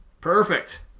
Perfect